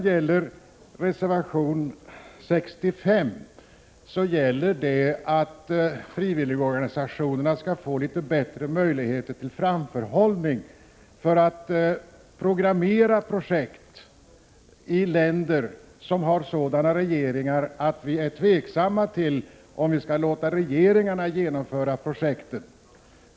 I reservation 65 föreslås att frivilligorganisationerna skall få litet bättre möjligheter till framförhållning för att programmera projekt i länder som har sådana regeringar att vi är tveksamma till om vi skall låta regeringarna genomföra projekten.